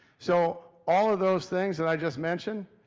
so, all of those things that i just mentioned?